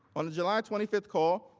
on the july twenty five call,